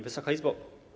Wysoka Izbo!